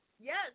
Yes